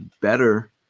better